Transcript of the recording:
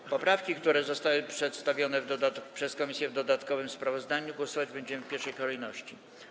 Nad poprawkami, które zostały przedstawione przez komisję w dodatkowym sprawozdaniu, głosować będziemy w pierwszej kolejności.